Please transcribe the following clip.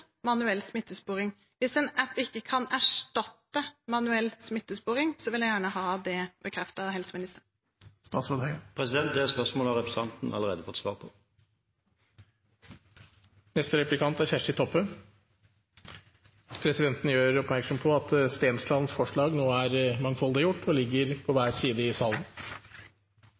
manuell smittesporing? Hvis en app ikke kan erstatte manuell smittesporing, vil jeg gjerne har det bekreftet av helseministeren. Det spørsmålet har representanten Bruun-Gundersen allerede fått svar på. Før neste replikk vil presidenten gjøre oppmerksom på at representanten Stenslands forslag nå er mangfoldiggjort og ligger på hver side i salen.